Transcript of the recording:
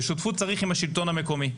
ושותפות צריך עם השלטון המקומי.